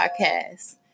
podcast